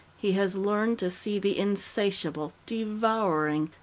he has learned to see the insatiable, devouring,